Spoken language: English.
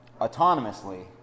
autonomously